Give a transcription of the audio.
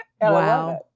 Wow